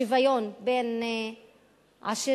בשוויון בין עשירים